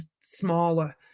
smaller